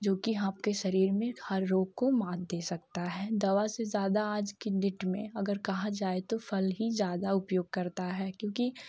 जो कि आपके शरीर में हर रोग को मात दे सकता है दवा से ज़्यादा आज की डेट में अगर कहा जाए तो फल ही ज़्यादा उपयोग करता है क्योंकि